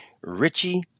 Richie